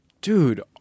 Dude